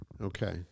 Okay